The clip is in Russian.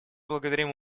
благодарим